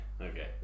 Okay